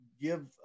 give